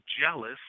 jealous